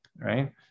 right